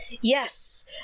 yes